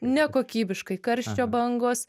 nekokybiškai karščio bangos